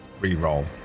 reroll